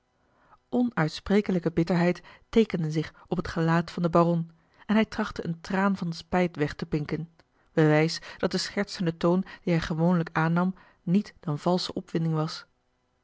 onuitsprekelijke bitterheid teekende zich op het gelaat van den baron en hij trachtte een traan van spijt weg te pinken bewijs dat de schertsende toon dien hij gewoonlijk aannam niet dan valsche opwinding was